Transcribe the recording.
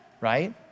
right